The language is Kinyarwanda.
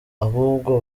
ahubwo